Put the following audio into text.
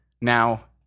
now